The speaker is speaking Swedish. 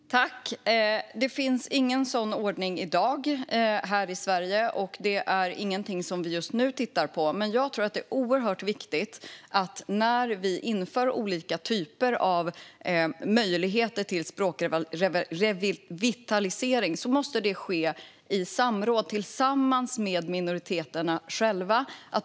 Herr talman! Det finns ingen sådan ordning i Sverige i dag, och det är ingenting som vi tittar på just nu. Men när olika möjligheter till språkrevitalisering införs tror jag att det måste ske i samråd med och tillsammans med minoriteterna själva.